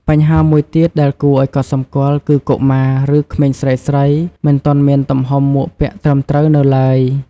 បញ្ហាមួយទៀតដែលគួរឱ្យកត់សម្គាល់ គឺកុមារ ឬក្មេងស្រីៗមិនទាន់មានទំហំមួកពាក់ត្រឹមត្រូវនៅទ្បើយ។